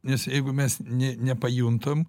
nes jeigu mes nė nepajuntam